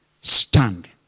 stand